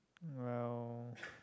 wow